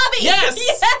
Yes